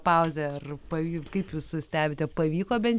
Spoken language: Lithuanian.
pauzę ir paju kaip jūs stebite pavyko bent